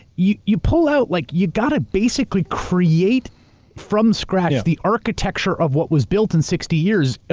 you you pull out, like you've got to basically create from scratch the architecture of what was built in sixty years.